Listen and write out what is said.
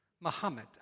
Muhammad